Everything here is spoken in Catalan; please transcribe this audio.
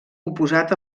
oposat